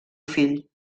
fill